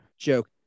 joke